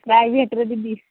ପ୍ରାଇଭେଟ୍ରେ ବି